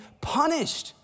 punished